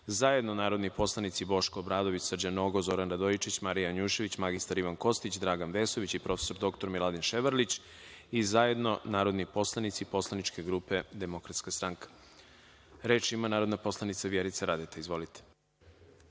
zajedno narodni poslanici Boško Obradović, Srđan Nogo, Zoran Radojčić, Marija Janjušević, mr Ivan Kostić, Dragan Vesović i prof. Miladin Ševarlić i zajedno narodni poslanici Poslaničke grupe DS.Reč ima narodna poslanica Vjerica Radeta. Izvolite.